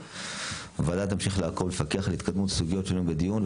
7. הוועדה תמשיך לעקוב ולפקח על התקדמות הסוגיות שעלו בדיון,